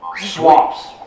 Swaps